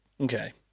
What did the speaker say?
Okay